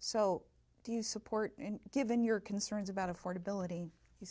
so do you support given your concerns about affordability you